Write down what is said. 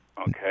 Okay